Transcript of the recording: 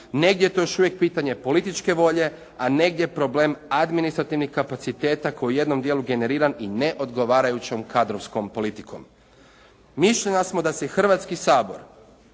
negdje je to još uvijek pitanje političke volje, a negdje problem administrativnih kapaciteta koji je u jednom dijelu generiran i neodgovarajućom kadrovskom politikom. Mišljenja smo da se Hrvatski sabor